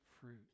fruit